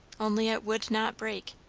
only it would not break.